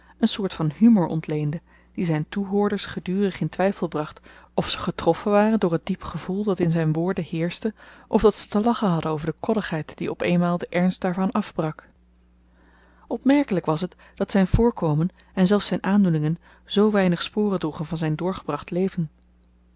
een soort van humor ontleende die zyn toehoorders gedurig in twyfel bracht of ze getroffen waren door t diep gevoel dat in zyn woorden heerschte of dat ze te lachen hadden over de koddigheid die op eenmaal den ernst daarvan afbrak opmerkelyk was t dat zyn voorkomen en zelfs zyn aandoeningen zoo weinig sporen droegen van zyn doorgebracht leven